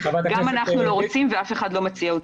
גם אנחנו לא רוצים, ואף אחד לא מציע.